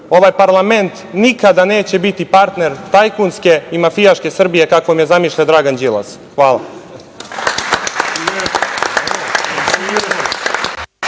Ovaj parlament nikada neće biti partner tajkunske i mafijaške Srbije kakvom je zamišlja Dragan Đilas. Hvala.